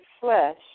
flesh